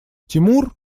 тимур